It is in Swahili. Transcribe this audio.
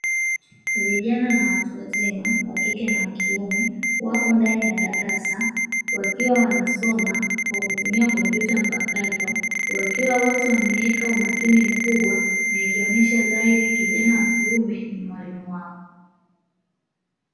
Vijana na watu wazima wakike na wakiume wako wanasoma ndani ya darasa, wakiwa wanasoma kwa kutumia kompyuta mpakato wakiwa wote wameweka umakini mkubwa na ikionesha dhahiri kijana wa kiume ni mwalimu wao.